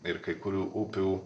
ir kai kurių upių